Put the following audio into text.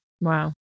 Wow